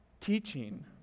teaching